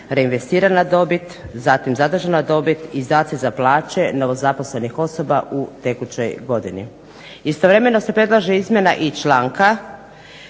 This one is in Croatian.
reinvestirana dobit, zatim zadržana dobit, izdaci za plaće novozaposlenih osoba u tekućoj godini. Istovremeno se predlaže izmjena i članka